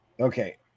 Okay